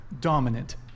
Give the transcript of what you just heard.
dominant